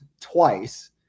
twice